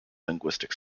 linguistic